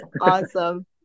awesome